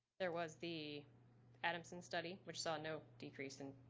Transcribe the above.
there was the adamson study, which saw no decrease in